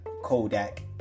Kodak